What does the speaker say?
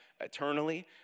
eternally